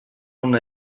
una